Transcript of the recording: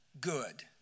good